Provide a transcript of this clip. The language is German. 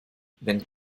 wenn